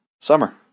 summer